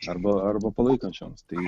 darbą arba palaikančioms tai